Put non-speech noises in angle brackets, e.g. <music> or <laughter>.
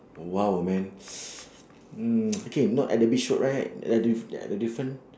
!wow! man <noise> mm okay not at the beach road right at the ya at the different